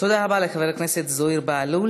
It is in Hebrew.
תודה רבה לחבר הכנסת זוהיר בהלול.